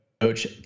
coach